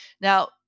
Now